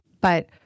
But-